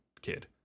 kid